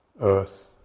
earth